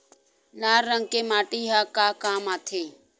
लाल रंग के माटी ह का काम आथे?